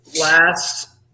last